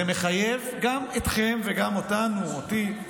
זה מחייב גם אתכם וגם אותנו, אותי.